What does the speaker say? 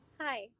hi